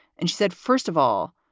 and she said, first of all,